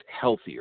healthier